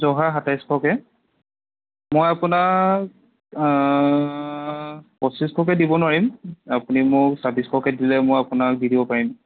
জহা সাতাইছশকৈ মই আপোনাক পঁচিছশকৈ দিব নোৱাৰিম আপুনি মোক ছাব্বিছশকৈ দিলে মই আপোনাক দি দিব পাৰিম